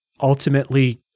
ultimately